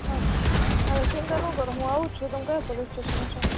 હા હા હવે ચિંતા ન કરો હું આવું જ છું તમે કયા પોલીસ સ્ટેશને છો